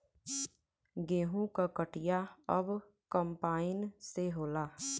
गेंहू क कटिया अब कंपाइन से होला